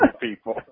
people